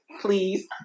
please